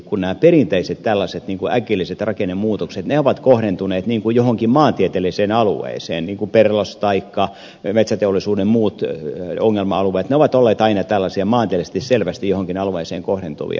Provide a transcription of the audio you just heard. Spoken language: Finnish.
nämä perinteiset tällaiset äkilliset rakennemuutokset ovat kohdentuneet johonkin maantieteelliseen alueeseen niin kuin perlos taikka metsäteollisuuden muut ongelma alueet ne ovat olleet aina tällaisia maantieteellisesti selvästi johonkin alueeseen kohdentuvia